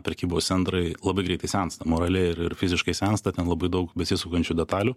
prekybos centrai labai greitai sensta moraliai ir ir fiziškai sensta ten labai daug besisukančių detalių